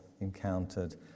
encountered